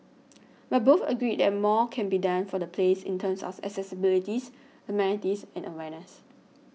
but both agreed that more can be done for the place in terms of accessibility amenities and awareness